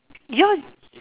ya